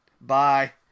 Bye